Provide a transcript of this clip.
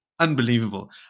Unbelievable